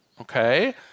Okay